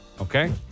Okay